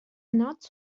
knots